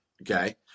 okay